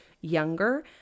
younger